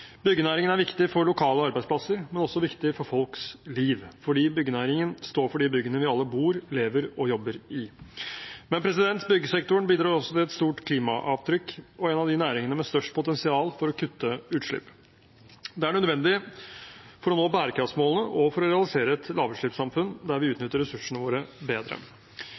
Byggenæringen er viktig for lokale arbeidsplasser, men også viktig for folks liv – fordi byggenæringen står for de byggene vi alle bor, lever og jobber i. Men byggsektoren bidrar også til et stort klimaavtrykk og er en av næringene med størst potensial for å kutte utslipp. Det er nødvendig for å nå bærekraftsmålene og for å realisere et lavutslippssamfunn der vi utnytter ressursene våre bedre.